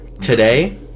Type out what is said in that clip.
today